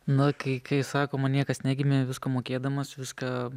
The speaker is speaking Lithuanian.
nu kai kai sakoma niekas negimė viską mokėdamas viską